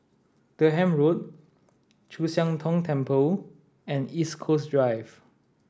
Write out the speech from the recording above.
Durham Road Chu Siang Tong Temple and East Coast Drive